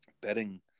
betting